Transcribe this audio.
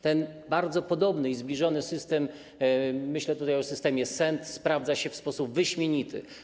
Ten bardzo podobny i zbliżony system - myślę tutaj o systemie SENT - sprawdza się w sposób wyśmienity.